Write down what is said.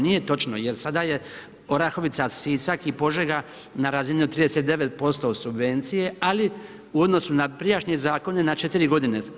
Nije točno jer sada je Orahovica, Sisak i Požega na razini od 39% subvencije, ali u odnosu na prijašnje zakone na 4 godine.